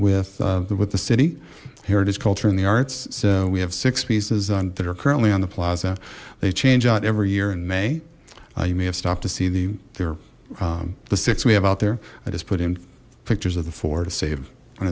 with with the city heritage culture in the arts so we have six pieces that are currently on the plaza they change out every year in may you may have stopped to see the they're the six we have out there i just put in pictures of the four to save an